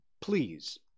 please